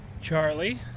Charlie